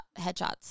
headshots